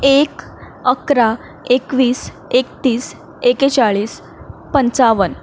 एक अकरा एकवीस एकतीस एकेचाळीस पंचावन